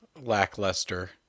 lackluster